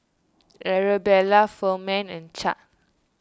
Arabella Ferman and Chadd